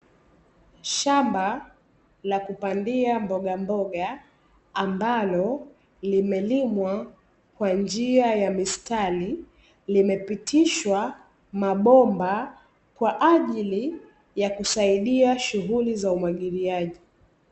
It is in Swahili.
Shamba la kupandia mbogamboga ambalo, limelimwa kwa njia ya mistari, limepitishwa mabomba, kwa ajili ya kusaidia shughuli za umwagiliaji.